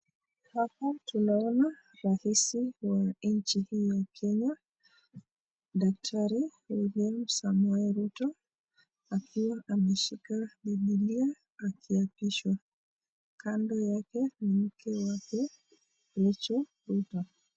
Hapa tunaona rais wa nchi hii ya Kenya, Daktari William Samoei Ruto akiwa ameshika Biblia akiapishwa. Kando yake ni mke wake Rachel Ruto.